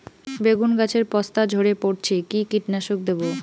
বেগুন গাছের পস্তা ঝরে পড়ছে কি কীটনাশক দেব?